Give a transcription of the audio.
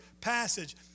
passage